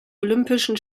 olympischen